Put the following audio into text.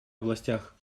областях